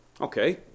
Okay